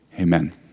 amen